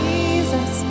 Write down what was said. Jesus